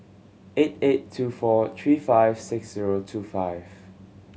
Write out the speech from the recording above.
eight eight two four three five six zero two five